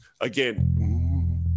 again